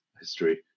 history